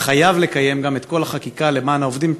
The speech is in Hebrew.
הוא גם חייב לקיים את כל החקיקה למען העובדים,